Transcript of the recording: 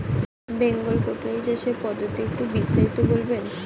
Bengal goatery চাষের পদ্ধতি একটু বিস্তারিত বলবেন?